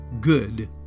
good